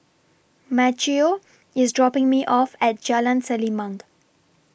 Maceo IS dropping Me off At Jalan Selimang